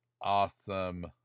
awesome